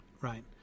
Right